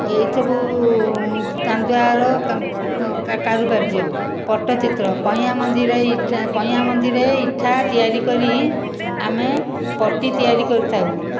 ଏହିସବୁ ଚାନ୍ଦୁଆର କାରୁକାର୍ଯ୍ୟ ପଟ୍ଟଚିତ୍ର କଇଁଆ ମଞ୍ଜିରେ ଇଠା କଇଁଆ ମଞ୍ଜିରେ ଇଠା ତିଆରି କରି ଆମେ ପଟି ତିଆରି କରିଥାଉ